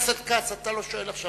אתה לא שואל עכשיו,